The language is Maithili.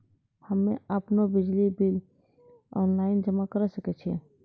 हम्मे आपनौ बिजली बिल ऑनलाइन जमा करै सकै छौ?